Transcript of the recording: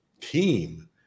team